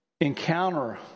encounter